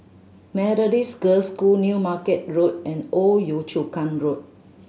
Methodist Girls' School New Market Road and Old Yio Chu Kang Road